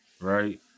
right